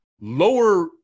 lower